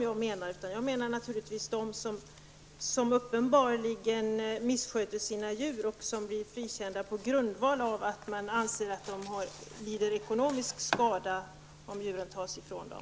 Jag syftar naturligtvis på dem som uppenbarligen misskött sina djur och som blir frikända på grundval av att man anser att de lider ekonomisk skada om djuren tas ifrån dem.